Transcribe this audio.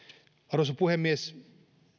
arvoisa puhemies